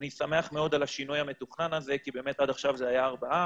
אני שמח מאוד על השינוי המתוכנן הזה כי באמת עד עכשיו זה היה 4,